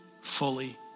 fully